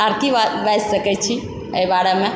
आर की बाजि सकै छी एहि बारेमे